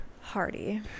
Hardy